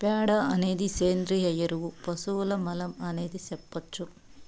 ప్యాడ అనేది సేంద్రియ ఎరువు పశువుల మలం అనే సెప్పొచ్చు